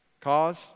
Cause